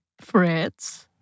Fritz